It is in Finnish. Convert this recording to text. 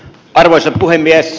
arvoisa puhemies